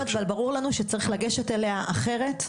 מאוד איכותית, וברור לנו שצריך לגשת אליה אחרת,